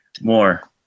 more